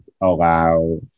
allow